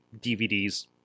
DVDs